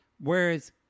whereas